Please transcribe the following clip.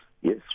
yes